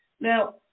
Now